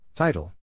Title